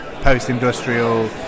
post-industrial